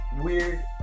weird